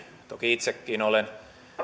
toki itsekin olen